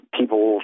people